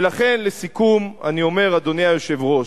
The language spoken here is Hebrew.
ולכן לסיכום, אני אומר, אדוני היושב-ראש: